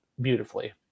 beautifully